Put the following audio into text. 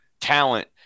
talent